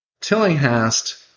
Tillinghast